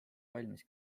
valmis